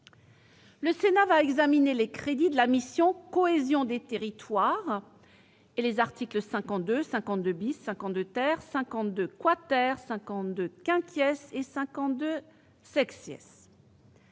Le Sénat va examiner les crédits de la mission « Cohésion des territoires » (et articles 52, 52 bis, 52 ter, 52 quater, 52 quinquies et 52 sexies).